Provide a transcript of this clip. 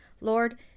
Lord